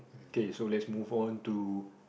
okay so let's move on to